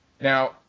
Now